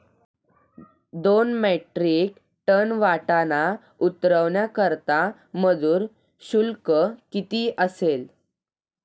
दोन metric ton वाटाणा उतरवण्याकरता मजूर शुल्क किती असेल?